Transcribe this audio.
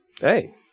hey